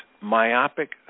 myopic